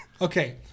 Okay